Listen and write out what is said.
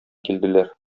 килделәр